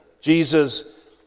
Jesus